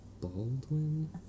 Baldwin